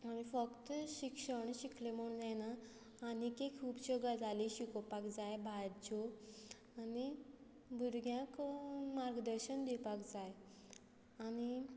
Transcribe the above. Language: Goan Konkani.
फक्त शिक्षण शिकलें म्हूण जायना आनीकूय खुबश्यो गजाली शिकोवपाक जाय भायल्यो आनी भुरग्यांक मार्गदर्शन दिवपाक जाय आनी